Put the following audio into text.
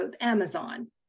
Amazon